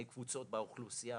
קבוצות באוכלוסייה